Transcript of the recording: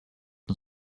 and